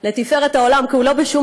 לתפארת העולם כולו,